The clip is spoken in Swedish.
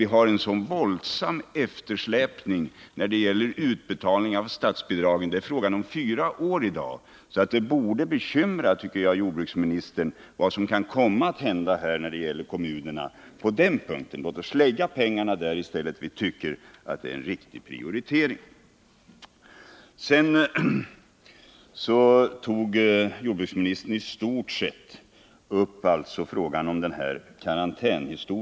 Vi har ju där en sådan våldsam eftersläpning när det gäller utbetalning av statsbidragen — det är i dag fråga om fyra år. Jordbruksministern borde vara bekymrad över vad som kan komma att hända på den punkten när det gäller kommunerna. Låt oss i stället lägga pengarna där. Vi tycker att det vore en riktig prioritering. Jordbruksministern tog upp frågan om karantänerna.